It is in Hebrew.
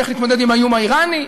איך להתמודד עם האיום האיראני?